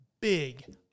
big